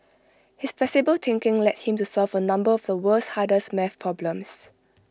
his flexible thinking led him to solve A number of the world's hardest math problems